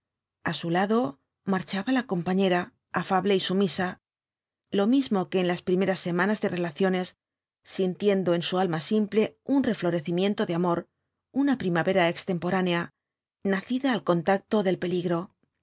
a su lado marchaba la compañera afable y sumisa lo mismo que en las primeras semanas de relaciones sintiendo en su alma simple un reflorecimiento de amor una primavera extemporánea nacida al contacto del peligro